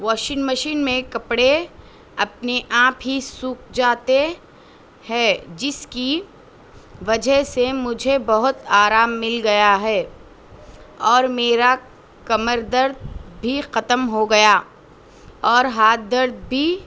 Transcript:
washing machine میں کپڑے اپنے آپ ہی سوکھ جاتے ہے جس کی وجہ سے مجھے بہت آرام مل گیا ہے اور میرا کمر درد بھی ختم ہوگیا اور ہاتھ درد بھی